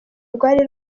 rwari